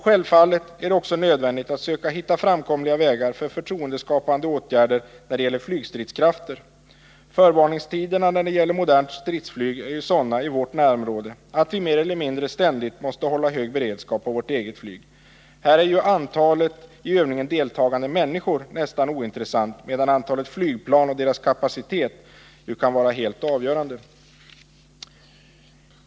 Självfallet är det också nödvändigt att försöka hitta framkomliga vägar för förtroendeskapande åtgärder när det gäller flygstridskrafter. Förvarningstiderna när det gäller ett modernt stridsflyg är ju sådana i vårt närområde att vi mer eller mindre ständigt måste hålla hög beredskap på vårt eget flyg. Här är ju antalet i övningen deltagande människor nästan ointressant, medan antalet flygplan och deras kapacitet kan vara helt avgörande.